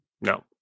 no